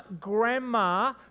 Grandma